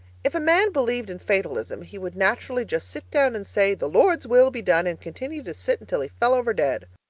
if a man believed in fatalism, he would naturally just sit down and say, the lord's will be done and continue to sit until he fell over dead.